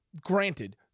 granted